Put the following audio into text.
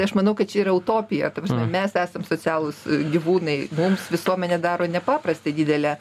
aš manau kad čia yra utopija ta prasme mes esam socialūs gyvūnai mums visuomenė daro nepaprastai didelę